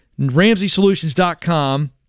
RamseySolutions.com